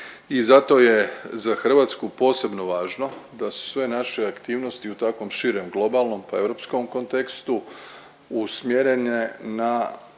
I zato je za Hrvatsku posebno važno da su sve naše aktivnosti u takvom širem globalnom pa i u europskom kontekstu usmjerene na